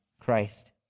Christ